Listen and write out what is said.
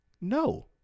No